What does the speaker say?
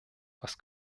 was